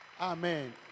amen